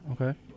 okay